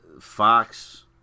Fox